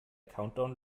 countdown